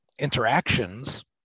Interactions